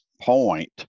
point